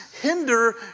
hinder